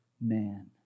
man